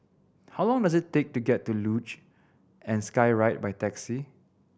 how long does it take to get to Luge and Skyride by taxi